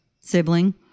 Sibling